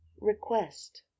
request